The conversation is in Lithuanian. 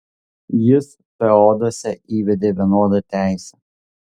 jis feoduose įvedė vienodą teisę